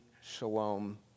Shalom